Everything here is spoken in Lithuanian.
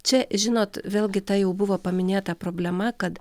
čia žinot vėlgi ta jau buvo paminėta problema kad